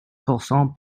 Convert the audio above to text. pourcent